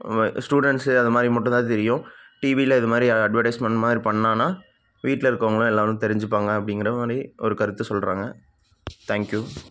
students அது மாதிரி மட்டும் தான் தெரியும் டிவியில் இது மாதிரி அட்வடைஸ்மெண்ட் மாதிரி பண்ணாங்கன்னால் வீட்டில் இருக்கிறவங்களாம் எல்லாேரும் தெரிஞ்சுப்பாங்க அப்படிங்கிற மாதிரி ஒரு கருத்து சொல்கிறாங்க தேங்க் யூ